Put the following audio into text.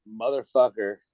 motherfucker